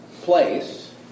place